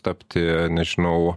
tapti nežinau